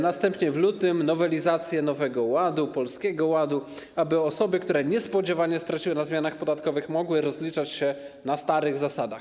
Następnie w lutym mieliśmy nowelizację Nowego Ładu, Polskiego Ładu, aby osoby, które niespodziewanie straciły na zmianach podatkowych, mogły rozliczać się na starych zasadach.